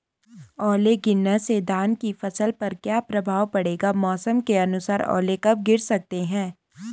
ओले गिरना से धान की फसल पर क्या प्रभाव पड़ेगा मौसम के अनुसार ओले कब गिर सकते हैं?